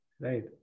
right